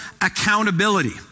accountability